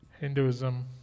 Hinduism